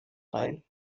rein